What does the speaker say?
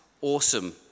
awesome